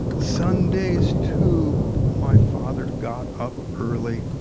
sundays too my father got up early